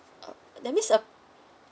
uh that means uh